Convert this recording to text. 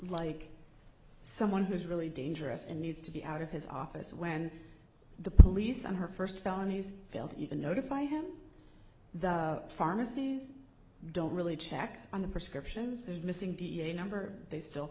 like someone who is really dangerous and needs to be out of his office when the police on her first felonies fail to even notify him the pharmacies don't really check on the prescriptions the missing da number they still